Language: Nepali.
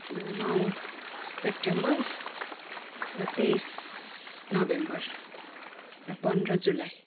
नौ सेप्टेम्बर र तेइस नोभेम्बर र पन्ध्र जुलाई